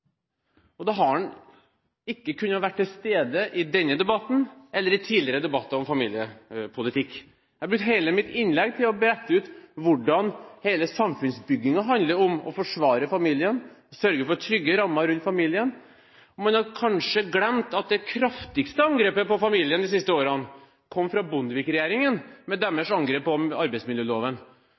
politikk. Da kan han ikke ha vært til stede i denne debatten, eller i tidligere debatter om familiepolitikk. Jeg brukte hele mitt innlegg til å brette ut hvordan hele samfunnsbyggingen handler om å forsvare familien og sørge for trygge rammer rundt familien. Man har kanskje glemt at det kraftigste angrepet på familien de siste årene kom fra Bondevik-regjeringen, med dens angrep på arbeidsmiljøloven,